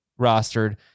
rostered